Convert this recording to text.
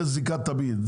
יש זיקה תמיד.